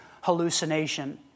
hallucination